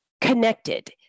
connected